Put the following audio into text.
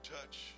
touch